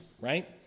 right